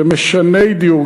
זה משני דיור,